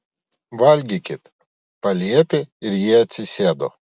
valgykit paliepė ir jie atsisėdo